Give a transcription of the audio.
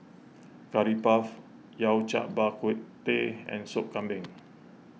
Curry Puff Yao Cai Bak Kut Teh and Sop Kambing